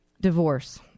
Divorce